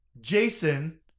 Jason